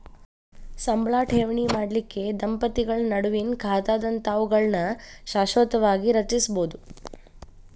ಸಂಬಳ ಠೇವಣಿ ಮಾಡಲಿಕ್ಕೆ ದಂಪತಿಗಳ ನಡುವಿನ್ ಖಾತಾದಂತಾವುಗಳನ್ನ ಶಾಶ್ವತವಾಗಿ ರಚಿಸ್ಬೋದು